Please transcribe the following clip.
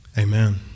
Amen